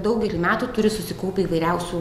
daugelį metų turi susikaupę įvairiausių